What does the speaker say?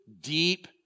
deep